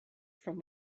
from